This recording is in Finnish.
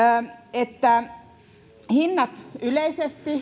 että hinnat yleisesti